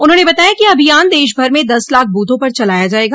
उन्होंने बताया कि यह अभियान देशभर में दस लाख बूथों पर चलाया जार्येगा